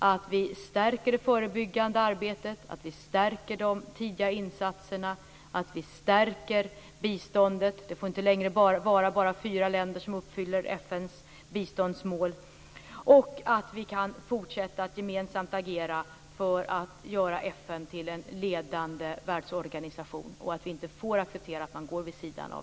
Vi skall stärka det förebyggande arbetet. Vi skall stärka de tidiga insatserna. Vi skall stärka biståndet. Det får inte längre vara bara fyra länder som uppfyller FN:s biståndsmål. Och vi måste kunna fortsätta att gemensamt agera för att göra FN till en ledande världsorganisation. Vi får inte acceptera att man går vid sidan av